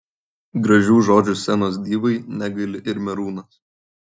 gražių žodžių scenos divai negaili ir merūnas